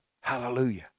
Hallelujah